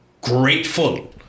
grateful